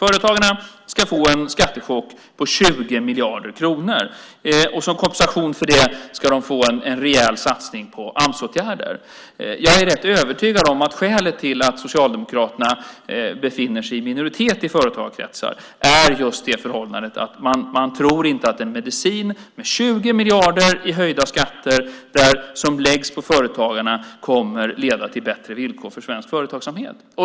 Företagarna ska få en skattechock på 20 miljarder kronor. Som kompensation för det ska de få en rejäl satsning på Amsåtgärder. Jag är rätt övertygad om att skälet till att Socialdemokraterna befinner sig i minoritet i företagskretsar är just det förhållandet att man inte tror att den medicin med 20 miljarder i höjda skatter som läggs på företagarna kommer att leda till bättre villkor för svensk företagsamhet.